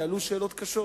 יעלו שאלות קשות